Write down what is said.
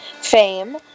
fame